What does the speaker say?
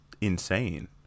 insane